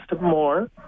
more